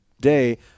day